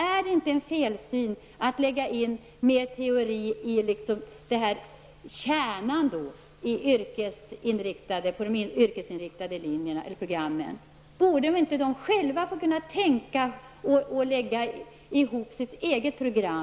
Är det inte en felsyn att lägga in mer teori i kärnan på de yrkesinriktade linjernas program? Borde de inte själva kunna få tänka och lägga ihop sitt eget program?